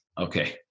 okay